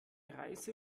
reise